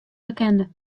bekende